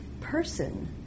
person